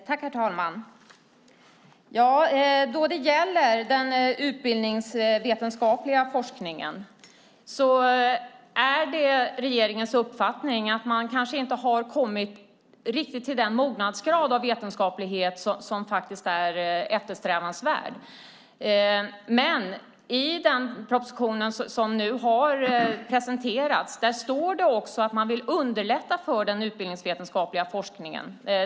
Herr talman! Det är regeringens uppfattning att den utbildningsvetenskapliga forskningen kanske inte har kommit riktigt till den mognadsgrad av vetenskaplighet som är eftersträvansvärd. I den proposition som nu har presenterats står det också att man vill underlätta för den utbildningsvetenskapliga forskningen.